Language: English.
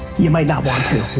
you might not want to.